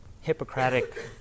Hippocratic